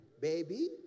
Baby